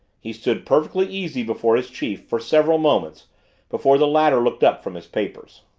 he stood perfectly easy before his chief for several moments before the latter looked up from his papers.